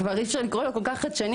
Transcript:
כבר אי-אפשר לקרוא לו כל כך חדשני,